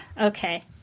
okay